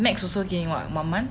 max also get in what one month